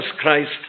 Christ